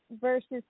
versus